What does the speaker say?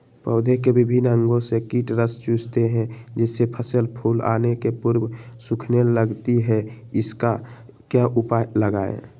पौधे के विभिन्न अंगों से कीट रस चूसते हैं जिससे फसल फूल आने के पूर्व सूखने लगती है इसका क्या उपाय लगाएं?